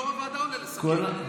יו"ר הוועדה עולה לסכם.